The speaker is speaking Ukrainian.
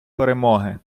перемоги